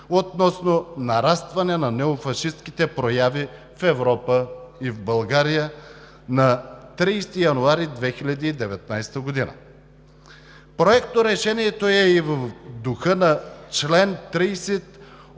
относно нарастване на неофашистките прояви в Европа и в България на 30 януари 2019 г. Проекторешението е и в духа на чл. 30